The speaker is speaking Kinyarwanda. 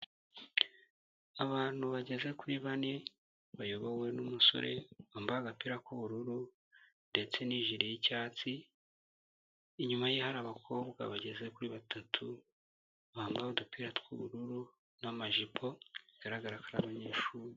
Abantu bageze kuri bane bayobowe n'umusore wambaye agapira k'ubururu, ndetse n'ijire y'icyatsi, inyuma ye hari abakobwa bageze kuri batatu bambaye udupira tw'ubururu, n'amajipo bigaragara ko ari abanyeshuri.